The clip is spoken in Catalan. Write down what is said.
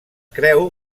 creu